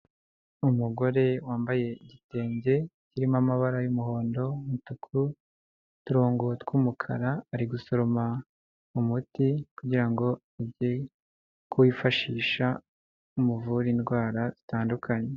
Umugore wambaye igitenge kirimo amabara y'umuhondo n'umutuku n'uturongo tw'umukara, ari gusoroma umuti kugira ngo age kuwifashisha umuvure indwara zitandukanye.